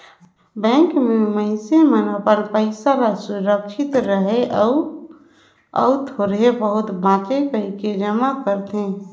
bank में मइनसे मन अपन पइसा ल सुरक्छित रहें अउ अउ थोर बहुत बांचे कहिके जमा करथे